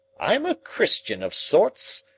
i'm a christian of sorts,